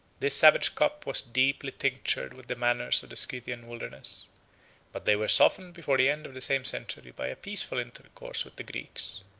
this savage cup was deeply tinctured with the manners of the scythian wilderness but they were softened before the end of the same century by a peaceful intercourse with the greeks,